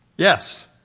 Yes